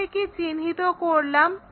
আমরা একে চিহ্নিত করলাম